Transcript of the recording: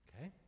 Okay